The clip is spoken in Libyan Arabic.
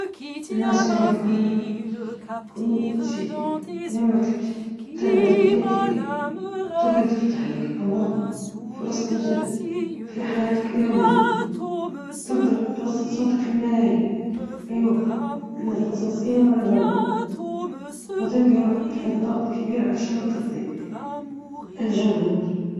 مزايا الشهرة تشمل الاهتمام والإعجاب من الناس، وفرص العمل المختلفة، لكن عيوبها تتضمن فقدان الخصوصية وانعدام الأمان الشخصي.